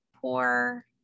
poor